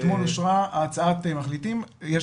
אתמול אושרה הצעת מחליטים, יש